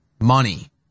Money